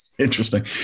Interesting